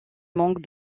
manque